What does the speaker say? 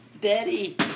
Daddy